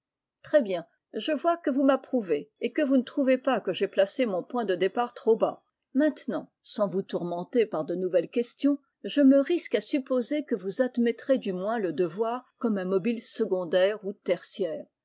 très bien j e vois que vous m'approuvez et que vous ne trouvez pas que j'aie placé mon pointde départtropbas maintenant sans vous tourmenter par de nouvelles questions je me risque à supposer que vous admettrez du moins e devoir comme un mobile secondaire ou tertiaire